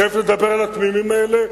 תיכף נדבר על התמימים האלה.